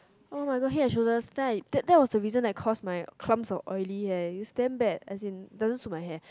oh my god Head-and-Shoulders then I that that was the reason I cause my clumps of oily hair it's damn bad as in doesn't suit my hair